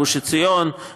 גוש עציון,